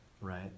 right